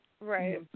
Right